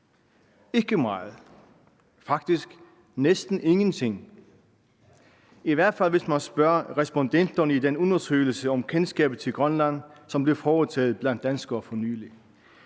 Ikke meget, faktisk næsten ingenting – i hvert fald hvis man spørger respondenterne i den undersøgelse om kendskabet til Grønland, som blev foretaget blandt danskere for nylig.